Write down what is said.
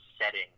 setting